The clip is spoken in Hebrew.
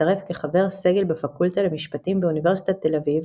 הצטרף כחבר סגל בפקולטה למשפטים באוניברסיטת תל אביב,